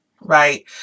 right